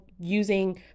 using